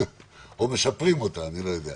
או משפרים אותה, אני לא יודע.